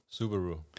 Subaru